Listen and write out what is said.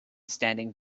standing